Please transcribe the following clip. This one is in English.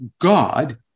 God